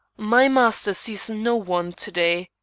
my master sees no one to-day.